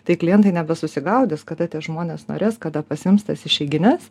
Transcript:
tai klientai nebesusigaudys kada tie žmonės norės kada pasiims tas išeigines